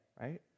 right